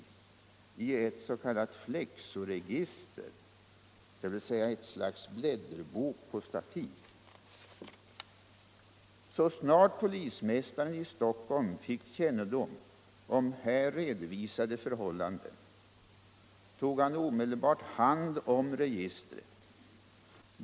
Så snart polismästaren i Stockholm fick kännedom om hir redovisade förhållanden tog han medetbart hand om registret.